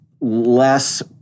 less